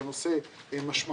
זה נושא משמעותי,